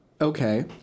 Okay